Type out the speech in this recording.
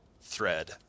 thread